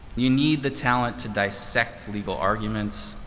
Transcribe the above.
you need the talent to dissect legal arguments,